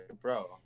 Bro